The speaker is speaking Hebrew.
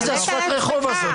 מה זה השפת רחוב הזאת?